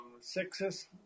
Sixes